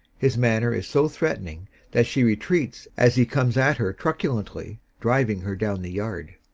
his manner is so threatening that she retreats as he comes at her truculently, driving her down the yard.